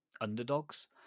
underdogs